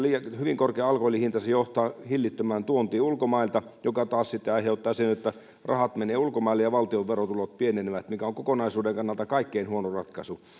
hyvin korkea alkoholin hinta se johtaa hillittömään tuontiin ulkomailta mikä taas sitten aiheuttaa sen että rahat menevät ulkomaille ja valtion verotulot pienenevät mikä on kokonaisuuden kannalta kaikkein huonoin ratkaisu